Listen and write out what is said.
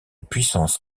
puissance